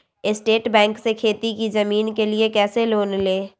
State Bank से खेती की जमीन के लिए कैसे लोन ले?